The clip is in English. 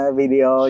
video